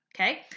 okay